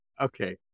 Okay